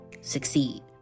succeed